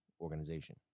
organization